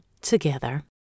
together